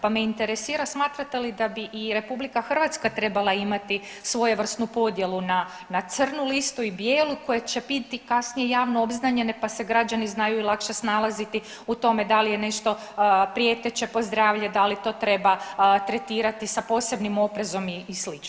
Pa me interesira, smatrate li da bi i RH trebala imati svojevrsnu podjelu na crnu listu i bijelu koje će biti kasnije javno obznanjene pa se građani znaju lakše snalaziti u tome da li je nešto prijeteće po zdravlje, da li to treba tretirati sa posebnim oprezom i sl.